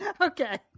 Okay